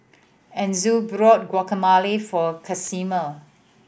Enzo borught Guacamole for Casimir